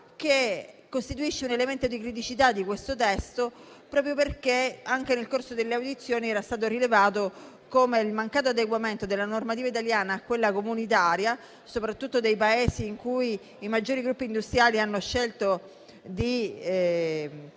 che costituisce un elemento di criticità di questo testo, perché anche nel corso delle audizioni era stato rilevato come il mancato adeguamento della normativa italiana a quella comunitaria, soprattutto dei Paesi in cui i maggiori gruppi industriali hanno scelto di